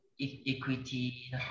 equity